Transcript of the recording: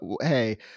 hey